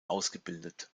ausgebildet